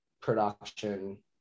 production